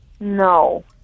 No